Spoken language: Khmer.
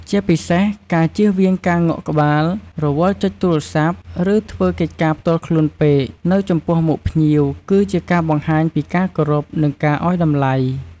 ជាពិសេសការជៀសវាងការងក់ក្បាលរវល់ចុចទូរស័ព្ទឬធ្វើកិច្ចការផ្ទាល់ខ្លួនពេកនៅចំពោះមុខភ្ញៀវ គឺជាការបង្ហាញពីការគោរព និងការឲ្យតម្លៃ។